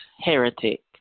heretic